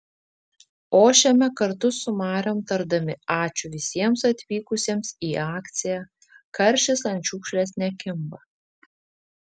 ošiame kartu su mariom tardami ačiū visiems atvykusiems į akciją karšis ant šiukšlės nekimba